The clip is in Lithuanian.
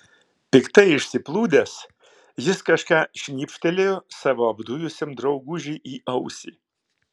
piktai išsiplūdęs jis kažką šnypštelėjo savo apdujusiam draugužiui į ausį